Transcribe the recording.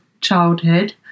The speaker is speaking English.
childhood